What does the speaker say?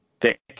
thick